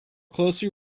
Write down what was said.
closely